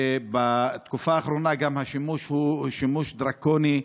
ובתקופה האחרונה השימוש הוא שימוש דרקוני,